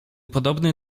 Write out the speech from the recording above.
podobny